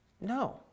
No